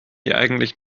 eigentlich